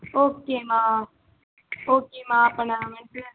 ஓகேம்மா ஓகேம்மா அப்போ நான் வந்து அந்த